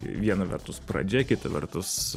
viena vertus pradžia kita vertus